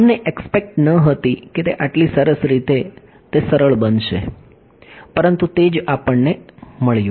અમને એકસ્પેક્ટ ન હતી કે તે આટલી સરસ રીતે તે સરળ બનશે પરંતુ તે જ આપણને મળ્યું